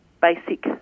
basic